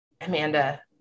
Amanda